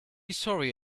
sorry